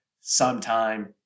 sometime